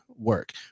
work